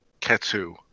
Ketsu